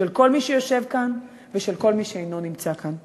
של כל מי שיושב כאן ושל כל מי שאינו נמצא כאן.